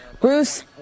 Bruce